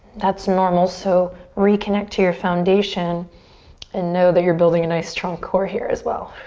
that's normal so reconnect to your foundation and know that you're building a nice, strong core here as well.